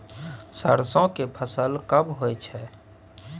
सरसो के फसल कब होय छै?